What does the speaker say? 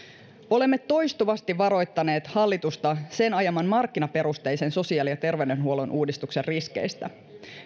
olemme toistuvasti varoittaneet hallitusta sen ajaman markkinaperusteisen sosiaali ja terveydenhuollon uudistuksen riskeistä